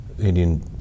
Indian